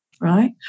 right